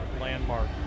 Landmark